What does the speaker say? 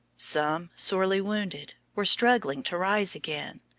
some, sorely wounded, were struggling to rise again.